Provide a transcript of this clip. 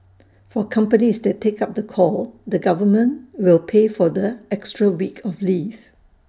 for companies that take up the call the government will pay for the extra week of leave